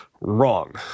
Wrong